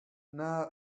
now